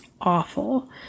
awful